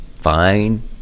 fine